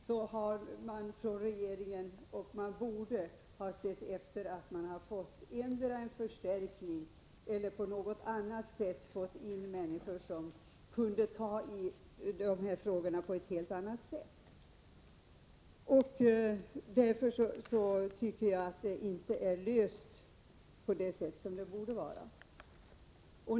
Herr talman! Med tanke på den kritik som riktats mot planverket borde regeringen ha sett till att det skett en förstärkning, att man fått in människor som på ett helt annat sätt kunnat ta tag i de här frågorna. Jag tycker att det här problemet inte är löst på det sätt som det borde vara.